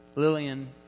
Lillian